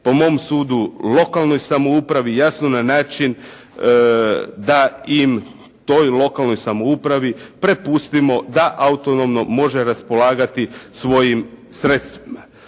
po mom sudu lokalnoj samoupravi jasno na način da toj lokalnoj samoupravi prepustimo da autonomno može raspolagati svojim sredstvima.